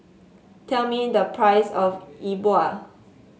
tell me the price of Yi Bua